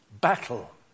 battle